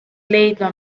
leidma